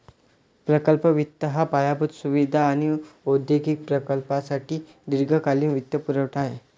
प्रकल्प वित्त हा पायाभूत सुविधा आणि औद्योगिक प्रकल्पांसाठी दीर्घकालीन वित्तपुरवठा आहे